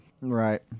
Right